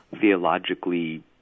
theologically